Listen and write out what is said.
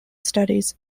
studies